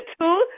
two